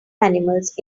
animals